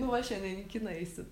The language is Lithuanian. nu va šiandien į kiną eisit